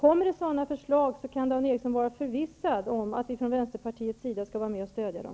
Om sådana förslag kommer, kan Dan Ericsson vara förvissad om att vi från Vänsterpartiets sida kommer att vara med och stödja dem.